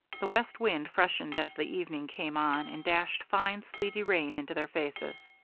the west wind freshened as the evening came on and dashed fine, sleety rain into their faces.